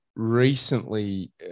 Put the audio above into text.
recently